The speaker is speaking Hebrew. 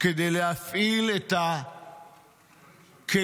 כדי להפעיל את הכלים